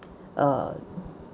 uh